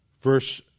Verse